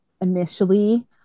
initially